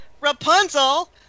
Rapunzel